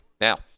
now